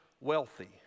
wealthy